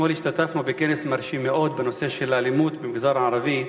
אתמול השתתפנו בכנס מרשים מאוד בנושא האלימות במגזר הערבי.